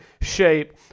shape